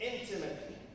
Intimately